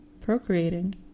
Procreating